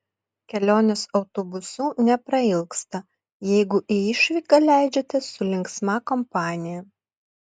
kelionės autobusu neprailgsta jeigu į išvyką leidžiatės su linksma kompanija